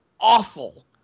awful